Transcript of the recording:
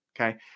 Okay